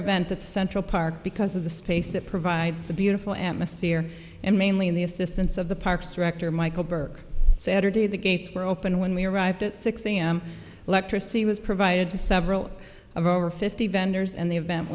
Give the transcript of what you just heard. event at central park because of the space it provides the beautiful atmosphere and mainly the assistance of the parks director michael burke saturday the gates were open when we arrived at six a m electricity was provided to several of our fifty vendors and the event